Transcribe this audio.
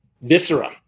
Viscera